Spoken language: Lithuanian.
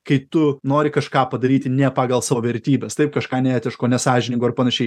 kai tu nori kažką padaryti ne pagal savo vertybes taip kažką neetiško nesąžiningo ar panašiai